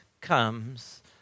comes